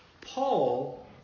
Paul